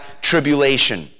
tribulation